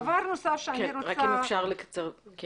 דבר נוסף -- רק אם אפשר לקצר.